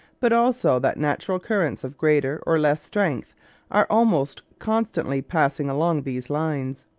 but also that natural currents of greater or less strength are almost constantly passing along these lines.